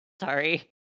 Sorry